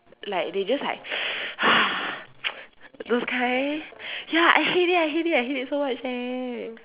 like they just like those kind ya I hate it I hate it I hate it so much eh